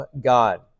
God